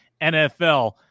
NFL